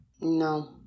No